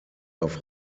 auf